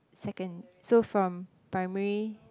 second so from primary